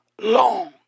long